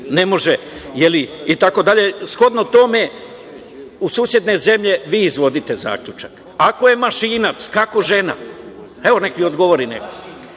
jezik, nego srpski jezik. Shodno tome, u susedne zemlje, vi izvodite zaključak. Ako je mašinac, kako je žena? Evo, neka mi odgovori neko.